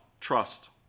trust